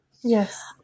Yes